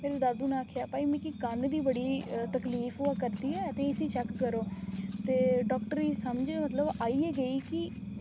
ते मेरे दादू नै आक्खेआ कि भई मेरे कन्न गी बड़ी तकलीफ़ होआ करदी ऐ ते इसी चैक्क करो ते डॉक्टर गी मतलब समझ आई गै गेई कि